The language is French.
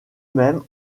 mêmes